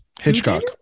Hitchcock